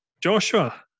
joshua